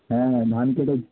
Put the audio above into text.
হ্যাঁ ধান কেটে